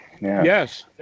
yes